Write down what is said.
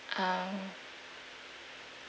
um